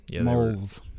Moles